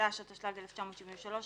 התשל"ג 1973‏,